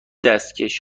دستکش